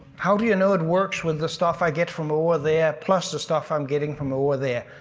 how do you know it works with the stuff i get from over there plus the stuff i'm getting from over there?